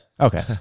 Okay